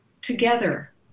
together